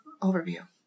overview